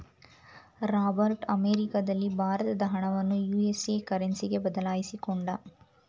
Robert ಅಮೆರಿಕದಲ್ಲಿ ಭಾರತದ ಹಣವನ್ನು ಯು.ಎಸ್.ಎ ಕರೆನ್ಸಿಗೆ ಬದಲಾಯಿಸಿಕೊಂಡ